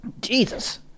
Jesus